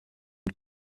can